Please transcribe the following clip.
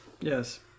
Yes